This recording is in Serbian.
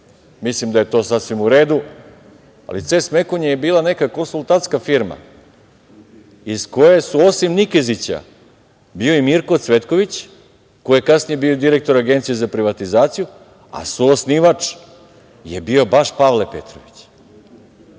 mislim da je to sasvim u redu, ali „Ces Mekon“ je bila neka konsultantska firma iz koje su osim Nikezića, bio je i Mirko Cvetković, koji je kasnije bio direktor Agencije za privatizaciju, a suosnivač je bio baš Pavle